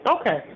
Okay